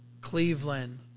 Cleveland